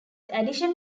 addition